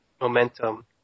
momentum